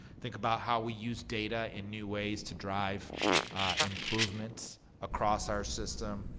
think about how we use data in new ways to drive improvement across our system,